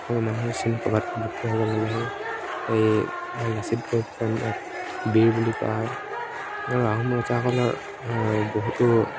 অসমীয়া মানুহৰ চিন ক'ৰবাত লুপ্ত হৈ গ'লহেঁতেন সেই লাচিত বৰফুকনক বীৰ বুলি কোৱা হয় আৰু আহোম ৰজাসকলৰ বহুতো